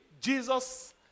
Jesus